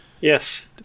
Yes